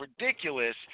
ridiculous